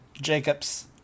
Jacobs